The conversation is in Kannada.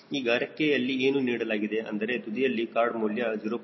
ಈಗ ರೆಕ್ಕೆಯಲ್ಲಿ ಏನು ನೀಡಲಾಗಿದೆ ಅಂದರೆ ತುದಿಯಲ್ಲಿನ ಕಾರ್ಡ್ ಮೌಲ್ಯ 0